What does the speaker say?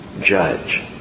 judge